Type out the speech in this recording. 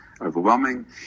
overwhelming